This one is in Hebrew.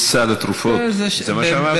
ולמניעה, לסל התרופות, זה מה שאמרת?